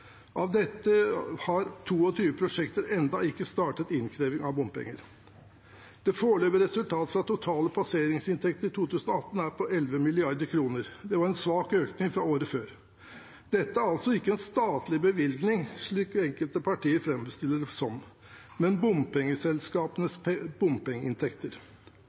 Av dette har 22 prosjekter ennå ikke startet innkreving av bompenger. Det foreløpige resultat fra totale passeringsinntekter i 2018 er på 11 mrd. kr. Det var en svak økning fra året før. Dette er altså ikke en statlig bevilgning, slik enkelte partier framstiller det som, men bompengeselskapenes bompengeinntekter.